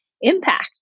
impact